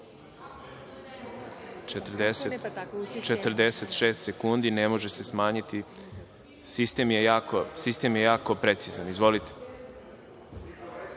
46 sekundi, ne može se smanjiti. Sistem je jako precizan. Izvolite.